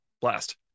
blast